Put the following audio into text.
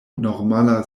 normala